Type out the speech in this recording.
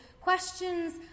questions